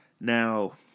Now